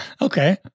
okay